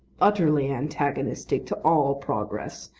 utterly antagonistic to all progress,